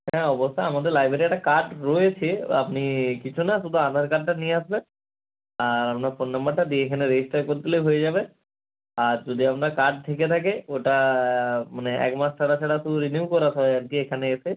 হ্যাঁ অবশ্যই আমাদের লাইব্রেরীর একটা কার্ড রয়েছে আপনি কিছু না শুধু আধার কার্ডটা নিয়ে আসবেন আর আপনার ফোন নাম্বারটা দিয়ে এখানে রেজিস্টার করে দিলে হয়ে যাবে আর যদি আপনার কার্ড থেকে থাকে ওটা মানে এক মাস ছাড়া ছাড়া তো রিনিউ করাতে হয় আজকে এখানে এসে